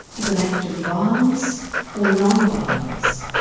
is an act of violence or non-violence.